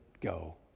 go